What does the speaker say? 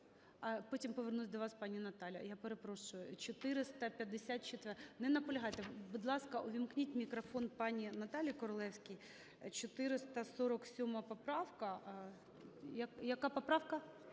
потім повернусь до вас, пані Наталя. Я перепрошую, 454-а… Не наполягайте. Будь ласка, увімкніть мікрофон пані Наталії Королевській. 447 поправка… Яка поправка?